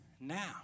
now